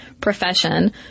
profession